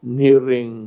nearing